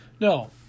No